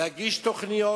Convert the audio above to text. להגיש תוכניות,